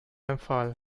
empfahl